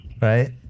right